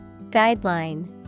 Guideline